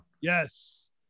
Yes